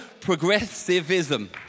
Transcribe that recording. progressivism